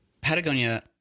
Patagonia